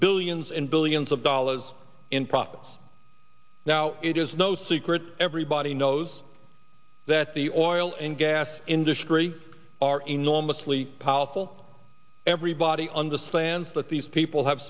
billions and billions of dollars in profits now it is no secret everybody knows that the oil and gas industry are enormously powerful everybody understands that these people have